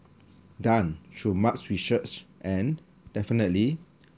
done through much research and definitely